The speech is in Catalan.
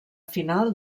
final